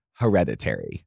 Hereditary